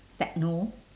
techno